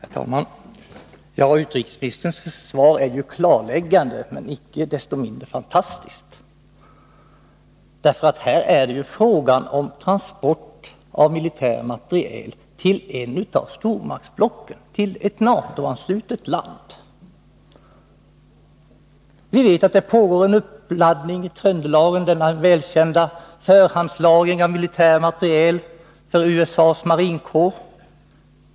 Herr talman! Utrikesministerns svar är klarläggande, men icke desto mindre fantastiskt. Här är det fråga om transport av militär materiel till ett av stormaktsblocken, till ett NATO-anslutet land. Vi vet att det pågår en uppladdning i Tröndelagen — den välkända förhandslagringen av militär materiel för USA:s marinkår.